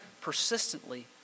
persistently